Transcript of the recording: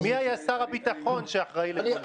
מי היה שר הביטחון שאחראי לכך?